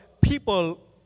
people